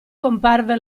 comparve